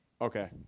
Okay